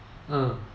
uh